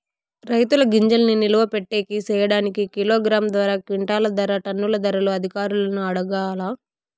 రైతుల గింజల్ని నిలువ పెట్టేకి సేయడానికి కిలోగ్రామ్ ధర, క్వింటాలు ధర, టన్నుల ధరలు అధికారులను అడగాలా?